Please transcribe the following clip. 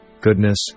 goodness